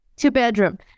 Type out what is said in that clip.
two-bedroom